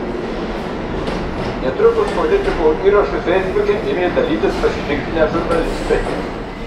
netrukus politiko įrašu feisbuke ėmė dalytis pasipiktinę žurnalistai